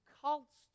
cults